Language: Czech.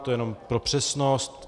To jenom pro přesnost.